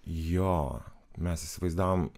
jo mes įsivaizdavom